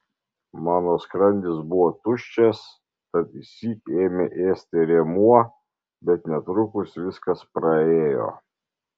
mano skrandis buvo tuščias tad išsyk ėmė ėsti rėmuo bet netrukus viskas praėjo